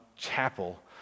Chapel